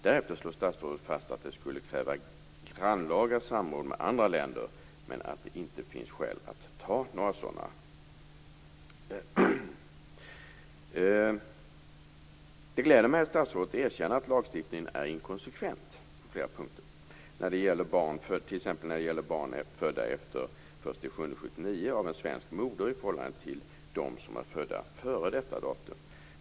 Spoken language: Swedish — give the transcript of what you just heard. Därefter slår statsrådet fast att det skulle kräva grannlaga samordning med andra länder, men att det inte finns skäl till någon sådan. Det gläder mig att statsrådet erkänner att lagstiftningen är inkonsekvent på flera punkter. Det gäller t.ex. barn födda efter den 1 juli 1979 av en svensk moder i förhållande till dem födda före detta datum.